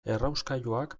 errauskailuak